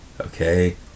okay